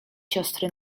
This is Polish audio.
siostry